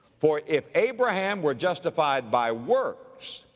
for if abraham were justified by works,